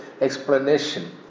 explanation